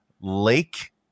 lake